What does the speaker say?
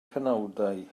penawdau